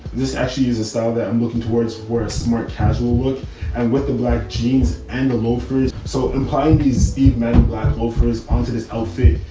this actually is a style that i'm looking towards for a smart casual look and what the black jeans and the loafers so implied these metal black offers onto this outfit.